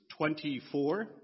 24